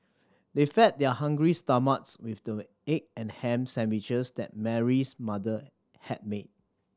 they fed their hungry stomachs with the egg and ham sandwiches that Mary's mother had made